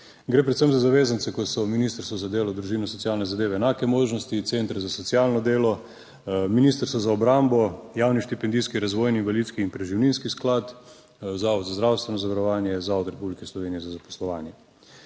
Gre predvsem za zavezance kot so Ministrstvo za delo, družino, socialne zadeve in enake možnosti, Center za socialno delo, Ministrstvo za obrambo, Javni štipendijski, razvojni, invalidski in preživninski sklad, Zavod za zdravstveno zavarovanje, Zavod Republike Slovenije za zaposlovanje.